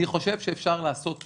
אני חושב שאפשר לעשות יותר,